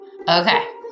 Okay